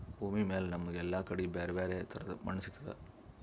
ಭೂಮಿಮ್ಯಾಲ್ ನಮ್ಗ್ ಎಲ್ಲಾ ಕಡಿ ಬ್ಯಾರೆ ಬ್ಯಾರೆ ತರದ್ ಮಣ್ಣ್ ಸಿಗ್ತದ್